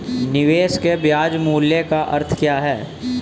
निवेश के ब्याज मूल्य का अर्थ क्या है?